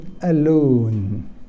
alone